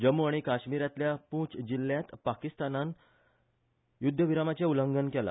जम्मू आनी काश्मिरातल्या पुंछ जिल्ल्यात पाकिस्तानान युध्द विरामाचे उल्लंघन केला